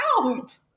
out